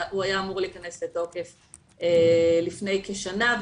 הוא היה אמור להיכנס לתוקף לפני כשנה,